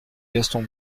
gaston